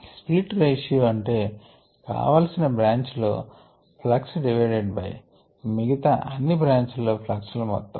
split ratio అంటే కావలిసిన branch లో ప్లక్స్ డివైడెడ్ బై మిగతా అన్ని బ్రాంచ్ ల ప్లక్స్ ల మొత్తం